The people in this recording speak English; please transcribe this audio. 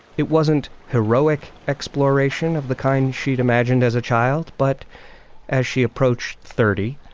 it wasn't heroic exploration of the kind she'd imagined as a child but as she approached thirty,